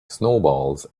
snowballs